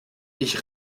ich